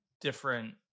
different